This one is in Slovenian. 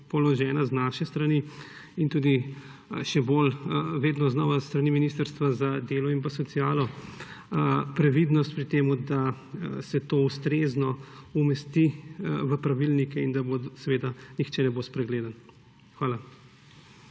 položena z naše strani in tudi še bolj vedno znova s strani ministrstva za delo in socialo previdnost pri tem, da se to ustrezno umesti v pravilnike in da seveda nihče ne bo spregledan. Hvala.